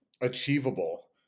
achievable